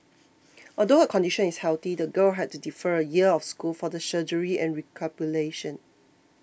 although her condition is healthy the girl had to defer a year of school for the surgery and recuperation